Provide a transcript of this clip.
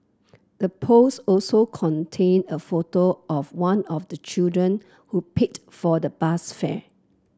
the post also contained a photo of one of the children who paid for the bus fare